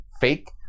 fake